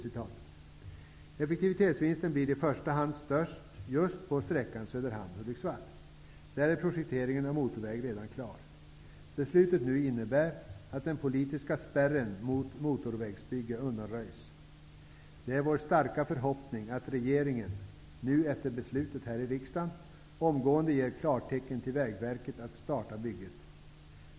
Effektivitetsvinsten blir i första hand störst just på sträckan Söderhamn--Hudiksvall. Där är projekteringen av motorväg redan klar. Det beslut som nu skall fattas innebär att den politiska spärren mot motorvägsbygge undanröjs. Det är vår starka förhoppning att regeringen, efter beslutet här i riksdagen, omgående ger klartecken till Vägverket att starta bygget.